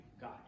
God